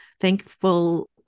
thankful